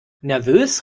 nervös